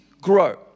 grow